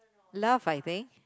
love I think